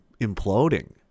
imploding